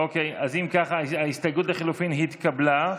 אוקיי, אז אם ככה, ההסתייגות לחלופין התקבלה.